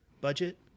budget